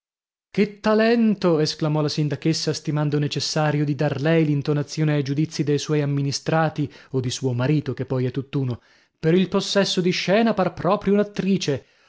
che talento esclamò la sindachessa stimando necessario di dar lei l'intonazione ai giudizi dei suoi amministrati o di suo marito che poi è tutt'uno per il possesso di scena par proprio un'attrice